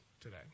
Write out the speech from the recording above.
today